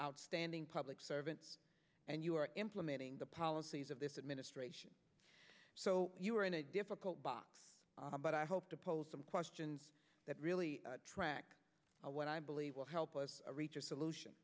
outstanding public servants and you are implementing the policies of this administration so you are in a difficult box but i hope to pose some questions that really track what i believe will help us reach a solution